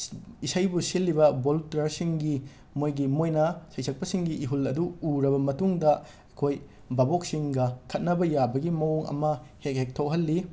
ꯁꯤꯜ ꯏꯁꯩꯕꯨ ꯁꯤꯜꯂꯤꯕ ꯚꯣꯂꯨꯟꯇꯤꯌꯥꯔꯁꯤꯡꯒꯤ ꯃꯣꯏꯒꯤ ꯃꯣꯏꯅ ꯁꯩꯁꯛꯄꯁꯤꯡꯒꯤ ꯏꯍꯨꯜ ꯑꯗꯨ ꯎꯔꯕ ꯃꯇꯨꯡꯗ ꯑꯩꯈꯣꯏ ꯚꯥꯕꯣꯛꯁꯤꯡꯒ ꯈꯠꯅꯕ ꯌꯥꯕꯒꯤ ꯃꯑꯣꯡ ꯑꯃ ꯍꯦꯛ ꯍꯦꯛ ꯊꯣꯛꯍꯜꯂꯤ